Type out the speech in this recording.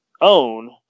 own